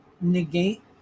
negate